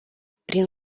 prin